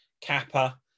kappa